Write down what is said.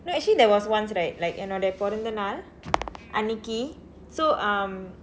no actually there was once right like என்னோட பிறந்தநாள் அன்றைக்கு:ennooda pirandthanaal anraikku so um